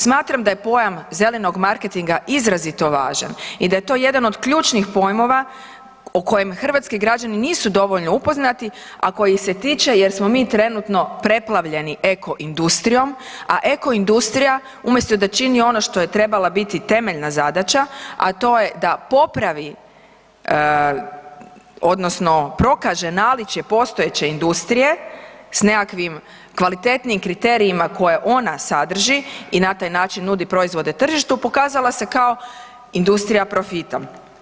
Smatram da je pojam zelenog marketinga izrazito važan i da je to jedan od ključnih pojmova o kojem hrvatski građani nisu dovoljno upoznati, a koji se tiče jer smo mi trenutno preplavljeni eko industrijom, a eko industrija umjesto da čini ono što joj je trebala biti temeljna zadaća, a to je da popravi odnosno prokaže naličje postojeće industrije s nekakvim kvalitetnijim kriterijima koje ona sadrži i na taj način nudi proizvode tržištu pokazala se kao industrija profitom.